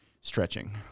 stretching